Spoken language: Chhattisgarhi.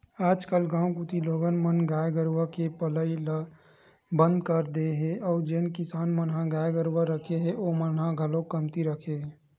आजकल गाँव कोती लोगन मन गाय गरुवा के पलई ल बंद कर दे हे अउ जेन किसान मन ह गाय गरुवा रखे हे ओमन ह घलोक कमती रखे हे